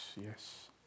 Yes